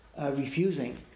refusing